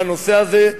בנושא הזה,